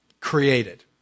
Created